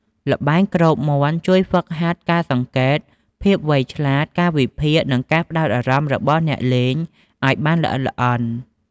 ល្បែងគ្របមាន់ជួយ ហ្វឹកហាត់ការសង្កេត ភាពវៃឆ្លាត ការវិភាគ និង ការផ្តោតអារម្មណ៍ របស់អ្នកលេងឱ្យបានល្អិតល្អន់។